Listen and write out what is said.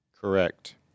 Correct